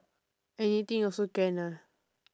anything also can ah